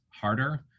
harder